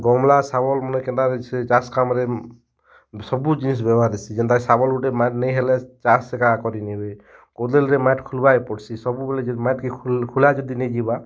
ଗମ୍ଲା ଶାବଳ୍ ମାନେ କେନ୍ତା ରହେସି ଚାଷ୍ କାମ୍ରେ ସବୁ ଜିନିଷ୍ ବେବ୍ହାର୍ ହେସି ଯେନ୍ତା ଶାବଳ୍ ଗୁଟେ ମାନେ ନି ହେଲେ ଚାଷ୍ ଏକା କରି ନାଇ ହୁଏ କୋଦଳ୍ରେ ମାଏଟ୍ ଖୁଳ୍ବାର୍କେ ପଡ଼୍ସି ସବୁବେଳେ ଯେ ମାଏଟ୍କେ ଖୁଳା ଯଦି ନେଇ ଯିବା